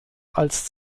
als